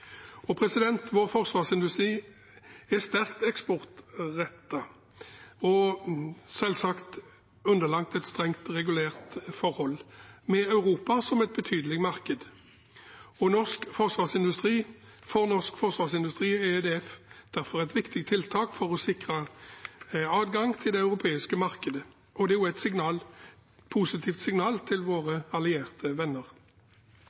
Vår forsvarsindustri er sterkt eksportrettet og selvsagt underlagt strengt regulerte forhold, med Europa som et betydelig marked. For norsk forsvarsindustri er dette derfor et viktig tiltak for å sikre adgang til det europeiske markedet, og det er også et positivt signal til våre allierte venner.